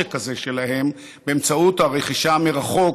העושק הזה שלהם באמצעות הרכישה מרחוק,